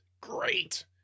Great